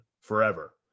forever